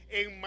en